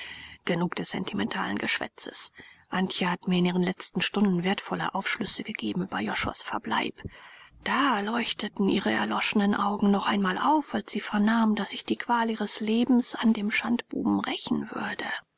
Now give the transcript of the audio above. genug des sentimentalen geschwätzes antje hat mir in ihren letzten stunden wertvolle aufschlüsse gegeben über josuas verbleib da leuchteten ihre erlöschenden augen noch einmal auf als sie vernahm daß ich die qual ihres lebens an dem schandbuben rächen würde